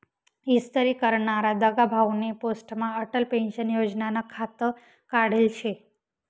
इस्तरी करनारा दगाभाउनी पोस्टमा अटल पेंशन योजनानं खातं काढेल शे